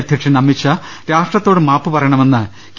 അധ്യക്ഷൻ അമിത്ഷാ രാഷ്ട്രത്തോട് മാപ്പ് പറയണമെന്ന് കെ